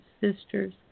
sisters